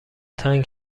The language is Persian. تنگ